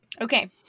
okay